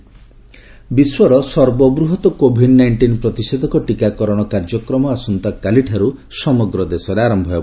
polio vaccine ବିଶ୍ୱର ସର୍ବବୃହତ୍ Covid nineteen ପ୍ରତିଷେଧକ ଟୀକାକରଣ କାର୍ଯ୍ୟକ୍ରମ ଆସନ୍ତାକାଲିଠାରୁ ସମଗ୍ର ଦେଶରେ ଆରମ୍ଭ ହେବ